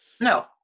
No